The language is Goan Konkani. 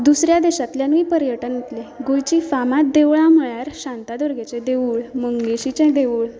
दुसऱ्या देशांतल्यानूय पर्यटक येतले गोंयचीं फामाद देवळां म्हणल्यार शांतादुर्गेचें देवूळ मंगेशीचें देवूळ